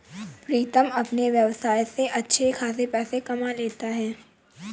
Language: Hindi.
प्रीतम अपने व्यवसाय से अच्छे खासे पैसे कमा लेता है